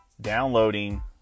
downloading